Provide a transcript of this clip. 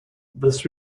this